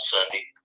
Sunday